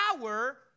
power